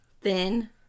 Thin